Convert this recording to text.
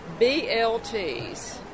BLTs